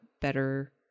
better